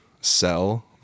sell